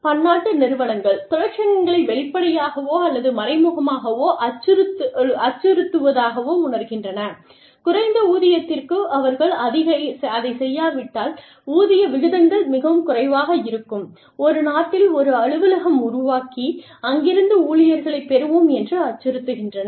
பன்னாட்டு நிறுவனங்கள் தொழிற்சங்கங்களை வெளிப்படையாகவோ அல்லது மறைமுகமாகவோ அச்சுறுத்துவதாக உணர்கின்றன குறைந்த ஊதியத்திற்கு அவர்கள் அதைச் செய்யாவிட்டால் ஊதிய விகிதங்கள் மிகவும் குறைவாக இருக்கும் ஒரு நாட்டில் ஒரு அலுவலகம் உருவாக்கி அங்கிருந்து ஊழியர்களைப் பெறுவோம் என்று அச்சுறுத்துகின்றன